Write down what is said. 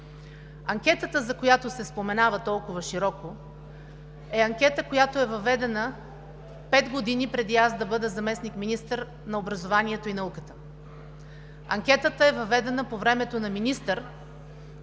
Анкетата, за която се споменава толкова широко, е анкета, която е въведена пет години преди аз да бъда заместник-министър на образованието и науката. Анкетата е въведена по времето на министър